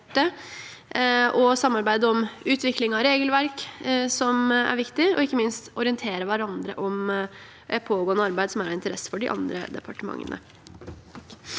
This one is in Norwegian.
samarbeide om utvikling av regelverk, som er viktig, og ikke minst orientere hverandre om pågående arbeid som er av interesse for de andre departementene.